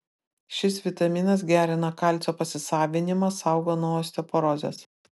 šis vitaminas gerina kalcio pasisavinimą saugo nuo osteoporozės